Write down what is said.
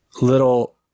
Little